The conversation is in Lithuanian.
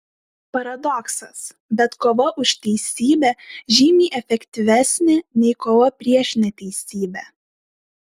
paradoksas bet kova už teisybę žymiai efektyvesnė nei kova prieš neteisybę